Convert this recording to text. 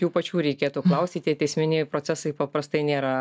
jų pačių reikėtų klausti tie teisminiai procesai paprastai nėra